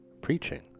preaching